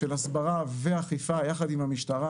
של הסברה ואכיפה יחד עם המשטרה,